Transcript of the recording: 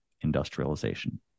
industrialization